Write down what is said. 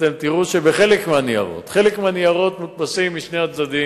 אתם תראו שחלק מהניירות מודפסים משני הצדדים,